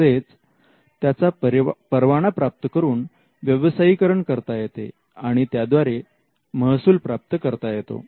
तसेच त्याचा परवाना प्राप्त करून व्यवसायीकरण करता येते आणि त्याद्वारे महसूल प्राप्त करता येतो